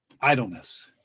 Idleness